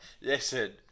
listen